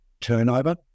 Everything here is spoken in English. turnover